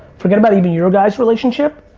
forget about even your guys' relationship,